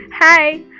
Hi